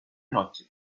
noche